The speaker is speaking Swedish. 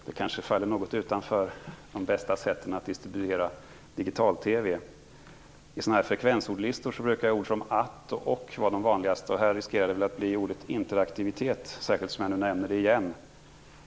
Detta faller kanske något utanför de bästa sätten att distribuera digital TV, men i frekvensordlistor brukar ord som att och och vara vanligast. Risken finns att det vanligaste ordet här blir interaktivitet, särskilt som jag nu återigen nämner det.